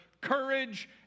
courage